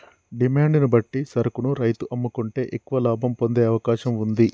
demand ను బట్టి సరుకును రైతు అమ్ముకుంటే ఎక్కువ లాభం పొందే అవకాశం వుంది